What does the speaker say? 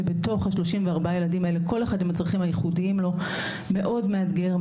כאשר בתוך ה-34 ילדים הללו כל אחד עם הצרכים הייחודיים לו - מאוד מאתגר,